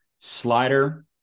Slider